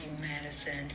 Madison